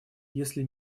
если